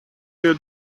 you